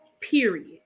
period